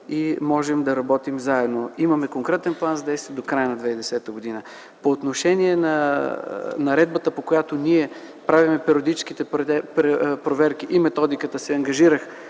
- можем да работим заедно. Имаме конкретен план за действие до края на 2010 г. По отношение на наредбата, по която ние правим периодическите проверки и методиката – ангажирах